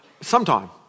Sometime